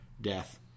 death